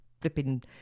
flipping